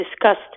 discussed